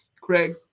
Craig